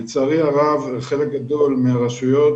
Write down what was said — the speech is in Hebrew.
לצערי הרב, חלק גדול מהרשויות